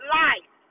life